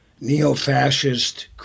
neo-fascist